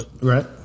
Right